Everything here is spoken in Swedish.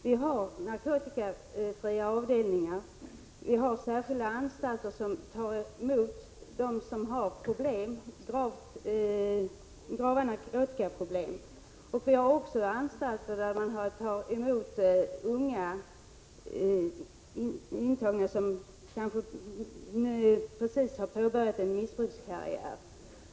Vi har narkotikafria avdelningar, och vi har särskilda anstalter som tar emot dem som har grava narkotikaproblem. Vi har också anstalter, där man tar emot unga personer som just har påbörjat en missbrukarkarriär.